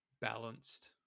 balanced